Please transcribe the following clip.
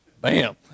Bam